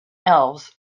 elves